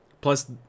plus